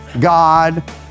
God